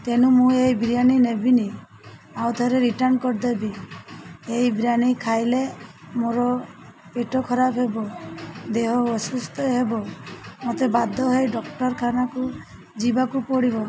ତେଣୁ ମୁଁ ଏଇ ବିରିୟାନୀ ନେବିନି ଆଉ ଥରେ ରିଟର୍ଣ୍ଣ କରିଦେବି ଏହିଇ ବିରିୟାନୀ ଖାଇଲେ ମୋର ପେଟ ଖରାପ ହେବ ଦେହ ଅସୁସ୍ଥ ହେବ ମୋତେ ବାଧ୍ୟ ହେଇ ଡକ୍ଟରଖାନାକୁ ଯିବାକୁ ପଡ଼ିବ